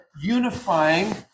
unifying